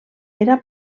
era